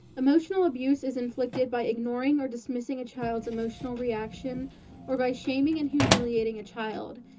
emotional abuse is inflicted by ignoring or dismissing a child's emotional reaction or by shaming and humiliating a child.